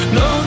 no